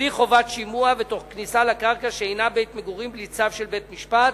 בלי חובת שימוע ותוך כניסה לקרקע שאינה בית-מגורים בלי צו של בית-משפט.